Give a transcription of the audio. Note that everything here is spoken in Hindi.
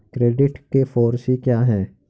क्रेडिट के फॉर सी क्या हैं?